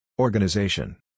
Organization